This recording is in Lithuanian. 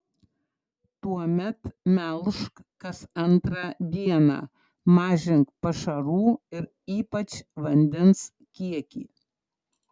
tuomet melžk kas antrą dieną mažink pašarų ir ypač vandens kiekį